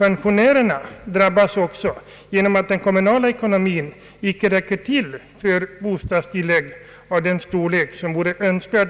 Pensionärerna drabbas faktiskt genom att kommunerna många gånger inte förmår betala bostadstilllägg av den storlek som vore önskvärd.